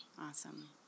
Awesome